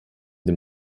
dem